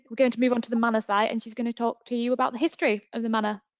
going to move on to the manor site, and she's gonna talk to you about the history of the manor.